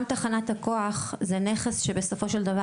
גם תחנת הכוח זה נכס שבסופו של דבר